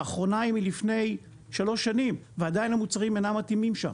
האחרונה היא מלפני שלוש שנים ועדיין המוצרים אינם מתאימים שם.